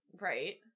Right